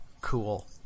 cool